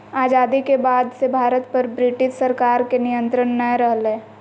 आजादी के बाद से भारत पर ब्रिटिश सरकार के नियत्रंण नय रहलय